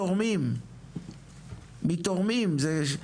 מהחברות גם פועלות בתוך ירוחם בתורמים,